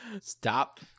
stop